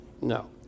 no